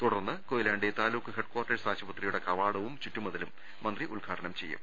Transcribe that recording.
തുടർന്ന് കൊയിലാണ്ടി താലൂക്ക് ഹെഡ്ക്വാർട്ടേഴസ് ആശുപത്രിയുടെ കവാടവും ചുറ്റുമതിലും മന്ത്രി ഉദ്ഘാടനം ചെയ്യും